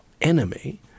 enemy